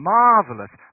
marvelous